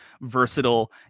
versatile